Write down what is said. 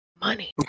Money